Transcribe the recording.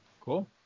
Cool